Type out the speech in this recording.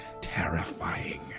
terrifying